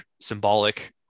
symbolic